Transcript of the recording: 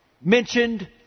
mentioned